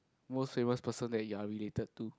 most famous person that you're related to